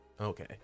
okay